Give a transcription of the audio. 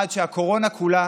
עד שהקורונה כולה